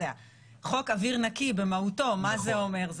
חוק אוויר נקי במהותו, מה זה אומר?